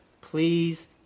Please